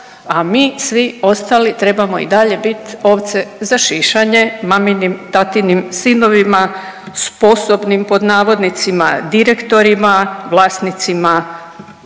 a mi svi ostali trebamo i dalje biti ovce za šišanje maminim, tatinim sinovima, sposobnim pod navodnicima direktorima, vlasnicima